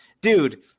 dude